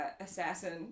Assassin